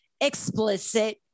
explicit